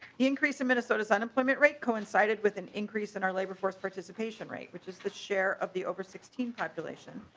the increase in minnesota's unemployment rate coincided with an increase in our labor force participation rate which is the share of the over sixteen population.